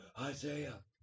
Isaiah